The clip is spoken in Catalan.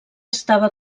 estava